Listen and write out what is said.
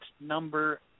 number